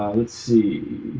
let's see